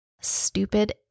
Stupid